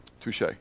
Touche